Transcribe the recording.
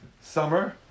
summer